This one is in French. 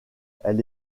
elle